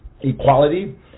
equality